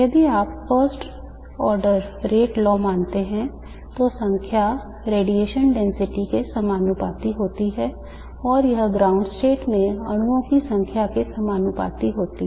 यदि आप first order rate law मानते हैं तो संख्या radiation density के समानुपाती होती है और यह ground state में अणुओं की संख्या के समानुपाती होती है